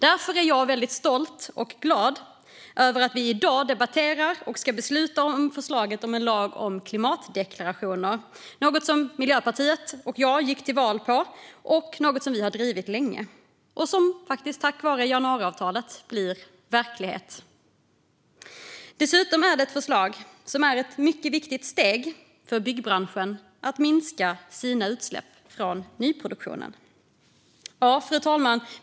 Därför är jag väldigt stolt och glad över att vi i dag debatterar och ska besluta om förslaget om en lag om klimatdeklarationer. Det är något som Miljöpartiet och jag gick till val på och något som vi har drivit länge, och som tack vare januariavtalet blir verklighet. Dessutom är det ett förslag som är ett mycket viktigt steg för byggbranschen att minska sina utsläpp från nyproduktionen. Fru talman!